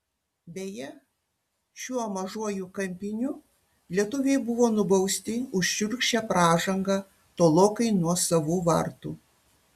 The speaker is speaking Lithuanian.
beje šiuo mažuoju kampiniu lietuviai buvo nubausti už šiurkščią pražangą tolokai nuo savų vartų